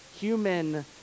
human